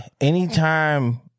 Anytime